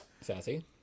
Sassy